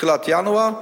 בתחילת ינואר,